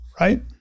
right